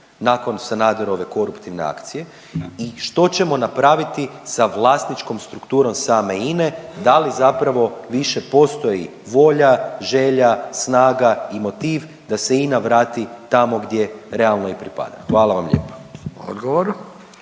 nakon Sanaderove koruptivne akcije i što ćemo napraviti sa vlasničkom strukturom same INA-e, da li zapravo više postoji volja, želja, snaga i motiv da se INA vrati tamo gdje realno i pripada, hvala vam lijepo. **Radin,